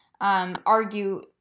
argue